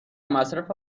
مصرف